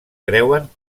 creuen